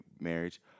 marriage